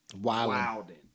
wilding